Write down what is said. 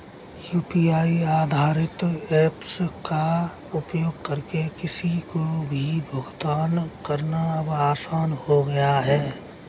UPI आधारित apps का उपयोग करके किसी को भी भुगतान करना अब आसान हो गया है